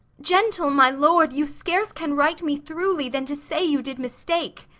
gentle my lord, you scarce can right me throughly then, to say you did mistake.